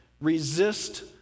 Resist